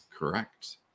Correct